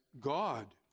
God